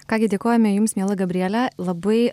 ką gi dėkojame jums miela gabriele labai